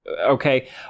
okay